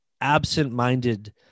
absent-minded